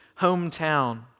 hometown